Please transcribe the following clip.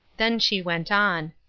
then she went on.